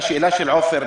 לשאלה של עפר,